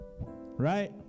right